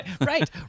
Right